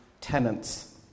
tenants